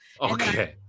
Okay